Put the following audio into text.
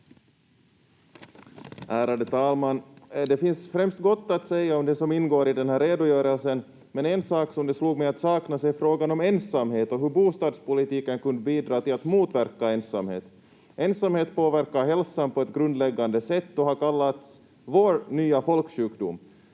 Ärade talman! Det finns främst gott att säga om det som ingår i den här redogörelsen, men en sak som det slog mig att saknas är frågan om ensamhet och hur bostadspolitiken kunde bidra till att motverka ensamhet. Ensamhet påverkar hälsan på ett grundläggande sätt och har kallats vår nya folksjukdom.